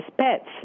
pets